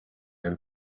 and